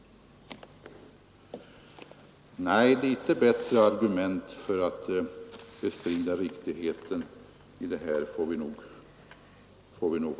Nej, litet bättre argument för att bestrida riktigheten av reformen får nog föras fram!